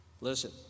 Listen